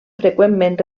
freqüentment